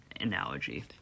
analogy